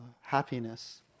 happiness